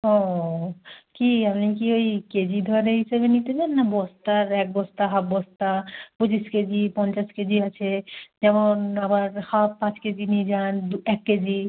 ও কি আপনি কি ওই কেজি দরে হিসেবে নিতে চান না বস্তার এক বস্তা হাফ বস্তা পঁচিশ কেজি পঞ্চাশ কেজি আছে যেমন আবার হাফ পাঁচ কেজি নিয়ে যান এক কেজি